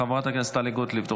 חברת הכנסת פנינה תמנו,